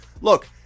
look